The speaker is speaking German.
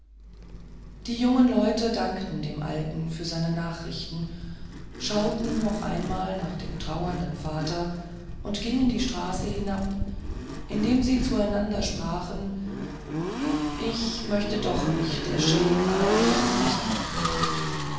die jungen leute dankten dem alten für seine nachrichten schauten noch einmal nach dem trauernden vater und gingen die straße hinab indem sie zueinander sprachen ich möchte doch nicht der scheik ali banu sein